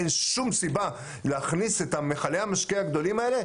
אין שום סיבה להכניס את מכלי המשקה הגדולים האלה